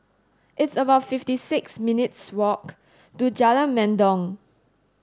it's about fifty six minutes' walk to Jalan Mendong